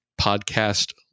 podcast